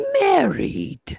married